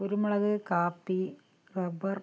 കുരുമുളക് കാപ്പി റബ്ബർ